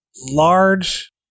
large